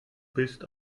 bist